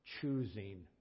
choosing